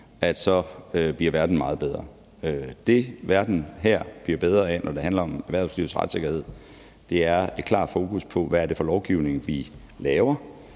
et skema bliver verden meget bedre. Det verden bliver bedre af, når det handler om erhvervslivets retssikkerhed, er et klart fokus på, hvad det er for noget lovgivning, vi laver,